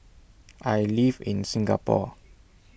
I live in Singapore